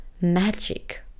magic